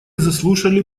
заслушали